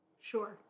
Sure